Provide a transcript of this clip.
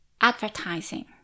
advertising